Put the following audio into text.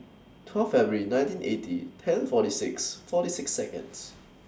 twelve February nineteen eighty ten forty six forty six Seconds